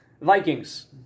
Vikings